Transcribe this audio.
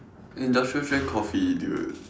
industrial strength coffee dude